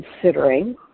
considering